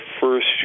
first